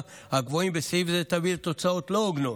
הקבועים בסעיף זה תביא לתוצאות לא הוגנות,